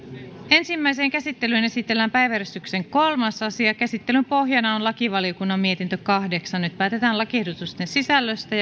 ensimmäiseen käsittelyyn esitellään päiväjärjestyksen kolmas asia käsittelyn pohjana on lakivaliokunnan mietintö kahdeksan nyt päätetään lakiehdotusten sisällöstä